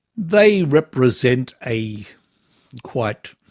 they represent a quite,